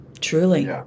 truly